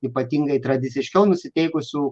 ypatingai tradiciškiau nusiteikusių